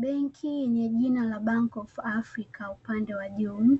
Benki yenye jina la Bank of Africa upande wa juu,